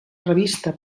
revista